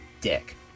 dick